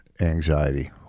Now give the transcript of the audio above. anxiety